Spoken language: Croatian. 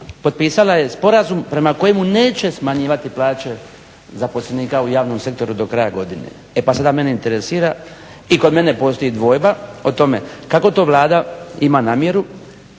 potpisala je sporazum prema kojemu neće smanjivati plaće zaposlenika u javnom sektoru do kraja godine. E pa sada mene interesira i kod mene postoji dvojba o tome kako to Vlada ima namjeru